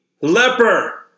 leper